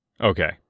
Okay